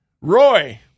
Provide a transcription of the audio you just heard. Roy